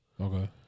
Okay